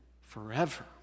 forever